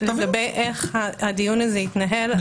איך הדיון הזה יתנהל?